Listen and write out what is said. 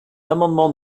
amendements